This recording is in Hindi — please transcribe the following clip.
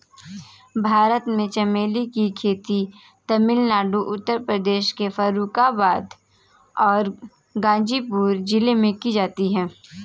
भारत में चमेली की खेती तमिलनाडु उत्तर प्रदेश के फर्रुखाबाद और गाजीपुर जिलों में की जाती है